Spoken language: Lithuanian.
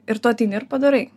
ir tu ateini ir padarai